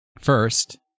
First